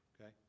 okay